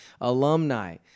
alumni